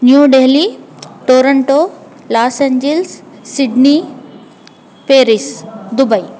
new Delhi Toronto Los Angeles Sydney Paris Dubai